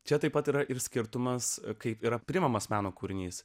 čia taip pat yra ir skirtumas kaip yra priimamas meno kūrinys